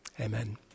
amen